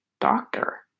doctor